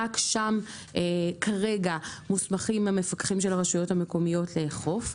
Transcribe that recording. רק שם כרגע מוסמכים המפקחים של הרשויות המקומיות לאכוף.